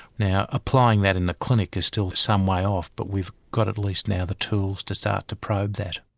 now applying that in the clinic is still some way off but we've got at least now the tools to start to probe that.